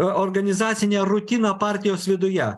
organizacinę rutiną partijos viduje